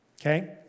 Okay